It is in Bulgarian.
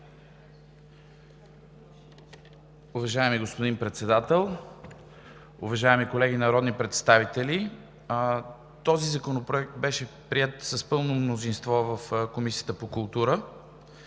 Уважаеми господин Председател, уважаеми колеги народни представители! Този законопроект беше приет с пълно мнозинство в Комисията по култура.